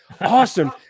Awesome